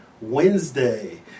Wednesday